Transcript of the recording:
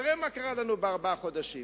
תראה מה קרה לנו בארבעה חודשים: